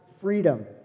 freedom